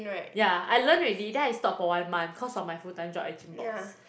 yeah I learn already then I stopped for one month cause of my full time job at Gymbox